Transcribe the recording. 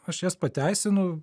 aš jas pateisinu